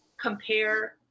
compare